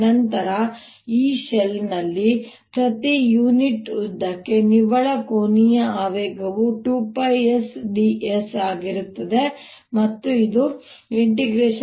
ನಂತರ ಇಲ್ಲಿ ಈ ಶೆಲ್ನಲ್ಲಿ ಮತ್ತು ಪ್ರತಿ ಯೂನಿಟ್ ಉದ್ದಕ್ಕೆ ನಿವ್ವಳ ಕೋನೀಯ ಆವೇಗವು 2πsds ಆಗಿರುತ್ತದೆ ಮತ್ತು ಇದು ab0K2π